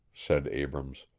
said abrams.